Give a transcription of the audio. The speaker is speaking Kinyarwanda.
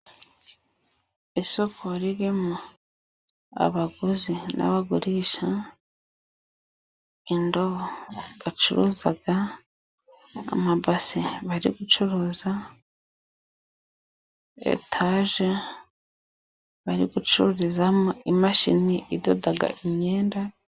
Isoko ririmo abaguzi n'abagurisha, indobo bacuruzaga, amabase bari gucuruza, etaje bari gucururizamo imashini idoda imyenda.